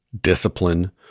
discipline